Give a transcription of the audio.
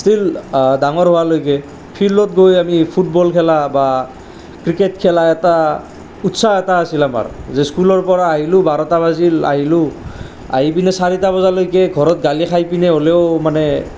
steel ডাঙৰ হোৱালৈকে ফিল্ডত গৈ আমি ফুটবল খেলা বা ক্ৰিকেট খেলা এটা উচ্ছাহ এটা আছিল আমাৰ যে স্কুলৰ পৰা আহিলোঁ বাৰটা বাজিল আহিলোঁ আহি পিনি চাৰিটা বজালৈকে ঘৰত গালি খাই পিনে হ'লেও মানে